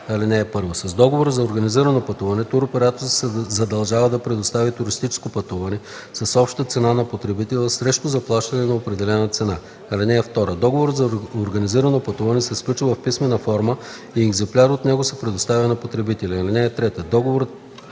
82. (1) С договора за организирано пътуване туроператорът се задължава да предостави туристическо пътуване с обща цена на потребителя срещу заплащане на определена цена. (2) Договорът за организирано пътуване се сключва в писмена форма и екземпляр от него се предоставя на потребителя. (3) Договорът